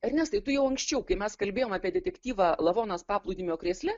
ernestai tu jau anksčiau kai mes kalbėjome apie detektyvą lavonas paplūdimio krėsle